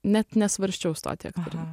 net nesvarsčiau stoti į aktorinį